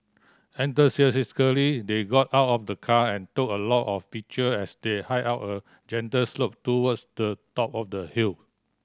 enthusiastically they got out of the car and took a lot of picture as they hike up a gentle slope towards the top of the hill